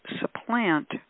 supplant